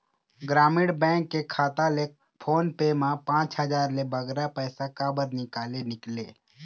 ग्रामीण बैंक के खाता ले फोन पे मा पांच हजार ले बगरा पैसा काबर निकाले निकले?